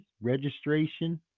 registration